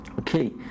okay